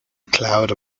cloud